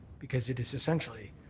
because it is essentially